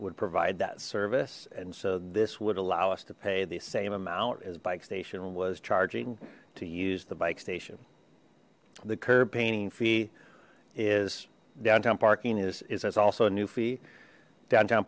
would provide that service and so this would allow us to pay the same amount as bike station was charging to use the bike station the curb painting fee is downtown parking is also a new fee downtown